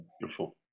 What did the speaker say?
Beautiful